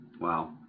Wow